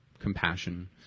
compassion